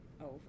over